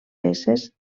peces